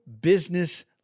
business